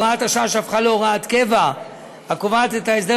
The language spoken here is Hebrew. הוראת השעה שהפכה להוראת קבע הקובעת את ההסדר